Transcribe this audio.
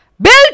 Built